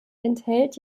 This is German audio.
enthält